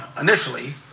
initially